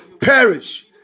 perish